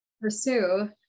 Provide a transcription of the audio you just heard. Pursue